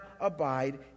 abide